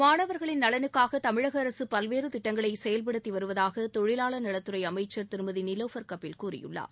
மாணவர்களின் நலனுக்காக தமிழக அரசு பல்வேறு திட்டங்களை செயல்படுத்தி வருவதாக தொழிலாளர் நலத்துறை அமைச்சர் திருமதி நிலோபர் கபில் கூறியுள்ளார்